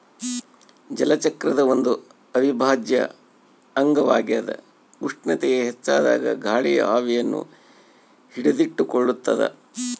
ಜಲಚಕ್ರದ ಒಂದು ಅವಿಭಾಜ್ಯ ಅಂಗವಾಗ್ಯದ ಉಷ್ಣತೆಯು ಹೆಚ್ಚಾದಾಗ ಗಾಳಿಯು ಆವಿಯನ್ನು ಹಿಡಿದಿಟ್ಟುಕೊಳ್ಳುತ್ತದ